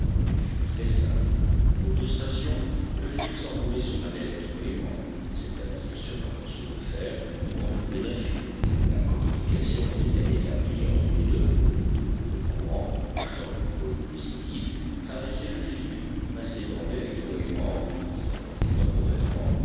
ils furent très simples aux deux stations le fil s'enroulait sur un électro aimant c'est-à-dire sur un morceau de fer doux entouré d'un fil la communication était-elle établie entre les deux pôles le courant partant du pôle positif traversait le fil passait dans lélectro aimant qui s'aimantait temporairement